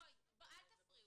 אל תפריעו.